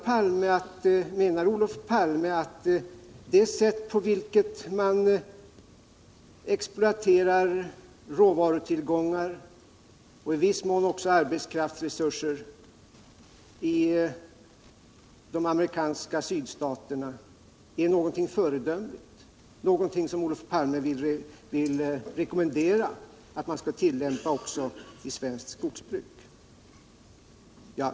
Eller menar Olof Palme att det sätt på vilket man exploaterar råvarutillgångar och i viss mån också arbetskraftsresurser i de amerikanska sydstaterna är föredömligt? Är det vad Olof Palme vill rekommendera att man skall tillämpa också i svenskt skogsbruk?